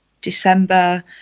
December